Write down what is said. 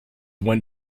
went